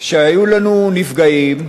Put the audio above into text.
כשהיו לנו נפגעים,